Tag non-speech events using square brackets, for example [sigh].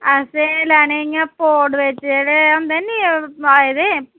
असें लैने [unintelligible] होंदे निं जेह्ड़े पाए दे